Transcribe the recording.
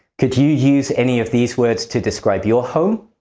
could you use any of these words to describe your home?